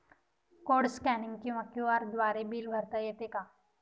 Code scanning किंवा QR द्वारे bill भरता येते का?